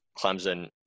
Clemson –